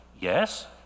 Yes